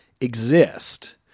exist